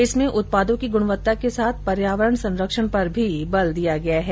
इसमें उत्पादों की गुणवत्ता के साथ पर्यावरण सरंक्षण पर भी बल दिया गया है